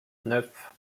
neuf